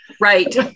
Right